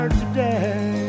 today